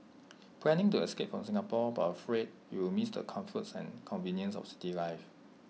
planning to escape from Singapore but afraid you'll miss the comforts and conveniences of city life